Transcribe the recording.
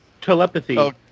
telepathy